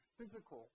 physical